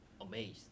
amazed